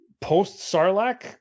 post-Sarlacc